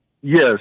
Yes